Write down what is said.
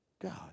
God